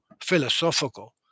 philosophical